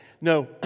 No